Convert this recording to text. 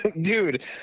dude